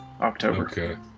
October